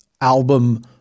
album